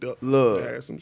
look